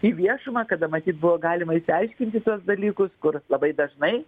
į viešumą kada matyt buvo galima išsiaiškinti tuos dalykus kur labai dažnai